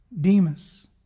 Demas